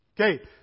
Okay